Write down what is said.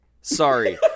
Sorry